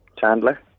Chandler